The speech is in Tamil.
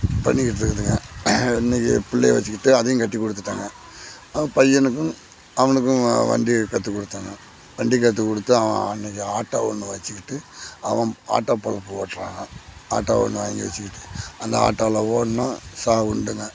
பண்ணிக்கிட்டுருக்குதுங்க இன்றைக்கி பிள்ளைய வெச்சுக்கிட்டு அதையும் கட்டி கொடுத்துட்டேங்க பையனுக்கும் அவனுக்கும் வண்டி கற்றுக் கொடுத்தேங்க வண்டி கற்றுக் கொடுத்தேன் அன்றைக்கி ஆட்டோ ஒன்று வெச்சுக்கிட்டு அவன் ஆட்டோ பொழப்பு ஓட்டுறாங்க ஆட்டோ ஒன்று வாங்கி வெச்சுக்கிட்டு அந்த ஆட்டோவில் ஓடுனா சாவு உண்டுங்க